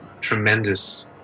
tremendous